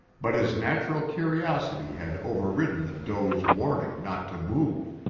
but his natural curiosity had overridden the doe's warning not to move.